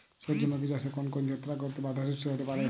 সূর্যমুখী চাষে কোন কোন ছত্রাক ঘটিত বাধা সৃষ্টি হতে পারে?